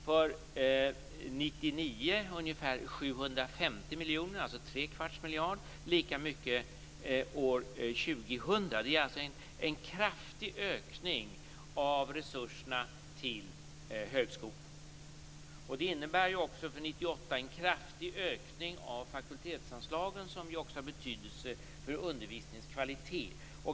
För år 1999 blir det ungefär 750 miljoner och lika mycket för år 2000. Det är alltså en kraftig ökning av resurserna till högskolan. För år 1998 innebär det också en kraftig ökning av fakultetsanslagen som ju också har betydelse för undervisningens kvalitet.